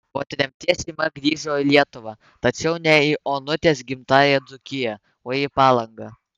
po tremties šeima grįžo į lietuvą tačiau ne į onutės gimtąją dzūkiją o į palangą